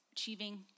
Achieving